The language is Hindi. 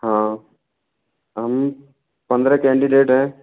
हाँ हम पन्द्रह कैनडिडेट हैं